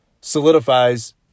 solidifies